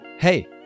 Hey